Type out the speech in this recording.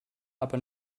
aber